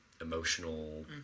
emotional